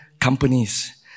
companies